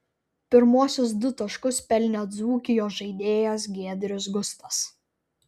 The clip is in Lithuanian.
pirmuosius du taškus pelnė dzūkijos žaidėjas giedrius gustas